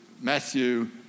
Matthew